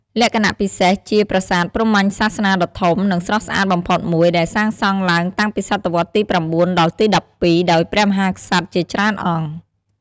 លក្ខណៈពិសេស ជាប្រាសាទព្រហ្មញ្ញសាសនាដ៏ធំ និងស្រស់ស្អាតបំផុតមួយ ដែលសាងសង់ឡើងតាំងពីសតវត្សទី ៩ ដល់ទី ១២ ដោយព្រះមហាក្សត្រជាច្រើនអង្គ។